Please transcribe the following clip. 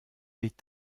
est